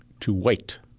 to wait